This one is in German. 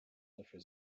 dafür